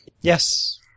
Yes